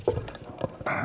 r r